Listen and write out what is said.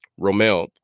Romel